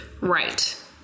Right